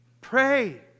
Pray